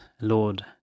Lord